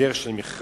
בדרך של מכרז: